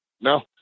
No